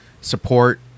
support